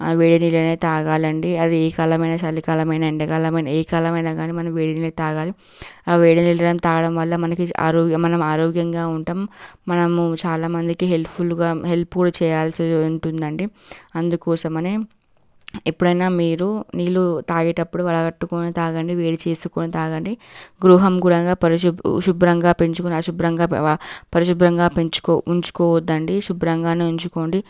వేడి నీళ్ళనే తాగాలండి అది ఏ కాలమైనా చలికాలమైనా ఎండకాలమైనా ఏ కాలమైనా గానీ మనం వేడి నీళ్ళే తాగాలి ఆ వేడి నీళ్ళని తాగడం వల్ల మనకి ఆరోగ్యం మనం ఆరోగ్యంగా ఉంటాం మనము చాలా మందికి హెల్ప్ ఫుల్గా హెల్ప్ కూడా చేయాల్సి ఉంటుందండి అందుకోసమనే ఎప్పుడైనా మీరు నీళ్ళు తాగేటప్పుడు వడగట్టుకుని తాగండి వేడి చేసుకుని తాగండి గృహం కూడంగా పరిశు శుభ్రంగా పెంచుకున్న అశుభ్రంగా పరిశుభ్రంగా పెంచుకో ఉంచుకోవద్దండి శుభ్రంగానే ఉంచుకోండి